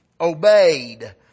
obeyed